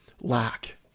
lack